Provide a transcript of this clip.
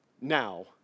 now